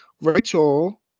rachel